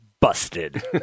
busted